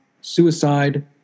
suicide